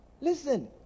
listen